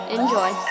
Enjoy